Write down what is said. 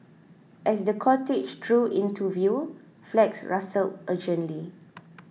as the cortege drew into view flags rustled urgently